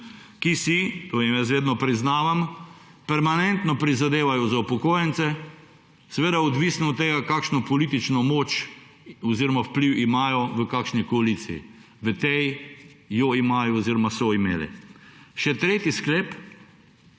ki si, to jim jaz vedno priznavam, permanentno prizadevajo za upokojence, seveda odvisno od tega, kakšno politično moč oziroma vpliv imajo v kakšni koaliciji. V tej jo imajo oziroma so jo imeli. Še tretji sklep